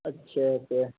اچھا تو یہ